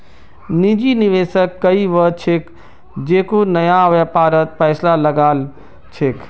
निजी निवेशक वई ह छेक जेको नया व्यापारत पैसा लगा छेक